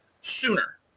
sooner